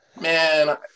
Man